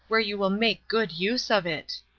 where you will make good use of it.